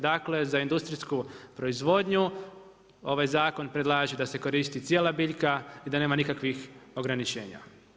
Dakle, za industrijsku proizvodnju ovaj zakon predlaže da se koristi cijela biljka i da nema nikakvih ograničenja.